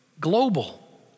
Global